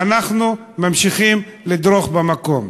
ואנחנו ממשיכים לדרוך במקום.